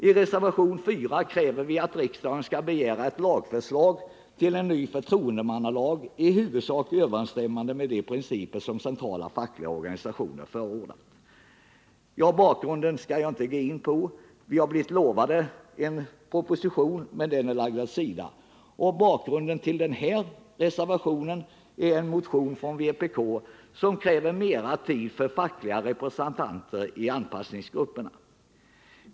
I reservationen 4 kräver vi att riksdagen skall begära ett lagförslag till en ny förtroendemannalag, i huvudsak överensstämmande med de principer som centrala fackliga organisationer förordat. Bakgrunden skall jag inte gå närmare in på. Vi har blivit lovade en proposition, men den är lagd åt sidan. Bakgrunden till den här reservationen är en motion från vänsterpartiet kommunisterna, som kräver mera tid för de fackliga representanterna i anpassningsgrupperna.